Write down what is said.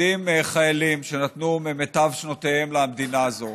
עומדים חיילים שנתנו ממיטב שנותיהם למדינה הזאת,